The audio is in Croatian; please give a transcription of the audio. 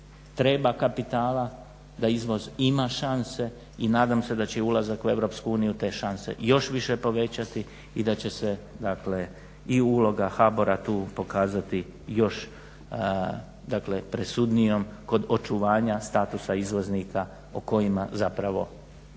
treba kapitala, da izvoz ima šanse i nadam se da će ulazak u EU te šanse još više povećati i da će se uloga HBOR-a tu pokazati još presudnijom kod očuvanja statusa izvoznika o kojima zapravo